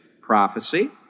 Prophecy